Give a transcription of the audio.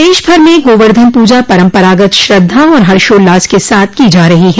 प्रदेशभर में गोर्वधन पूजा परंपरागत श्रद्धा और हर्षोल्लास के साथ की जा रही है